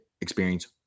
experience